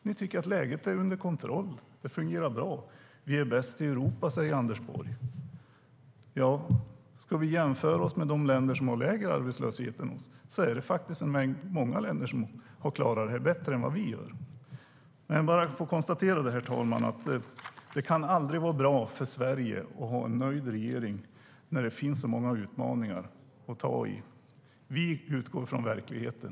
Ni tycker att läget är under kontroll och att det fungerar bra. Vi är bäst i Europa, säger Anders Borg. Men om vi jämför oss med de länder som har lägre arbetslöshet än vi kan vi se att det faktiskt är många länder som har klarat sig bättre än vi. Herr talman! Jag vill bara konstatera att det aldrig kan vara bra för Sverige att ha en nöjd regering när det finns så många utmaningar att ta i. Vi utgår från verkligheten.